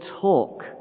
talk